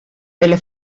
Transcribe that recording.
pele